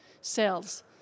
sales